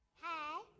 Hi